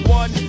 one